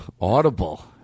Audible